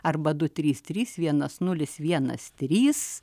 arba du trys trys vienas nulis vienas trys